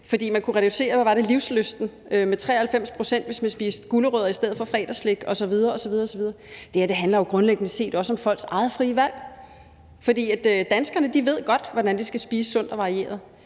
Man kunne reducere livslysten med 93 pct., hvis man spiste gulerødder i stedet for fredagsslik osv. osv. Det her handler grundlæggende set også om folks eget frie valg. Danskerne ved godt, hvordan de skal spise sundt og varieret,